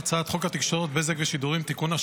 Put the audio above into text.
(בזק ושידורים) (תיקון,